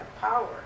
power